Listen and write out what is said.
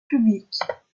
publiques